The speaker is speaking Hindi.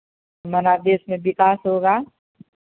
हमरा देश में विकास होगा